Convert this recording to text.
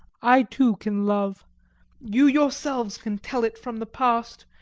i too can love you yourselves can tell it from the past.